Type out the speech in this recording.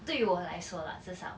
对我来说 lah 至少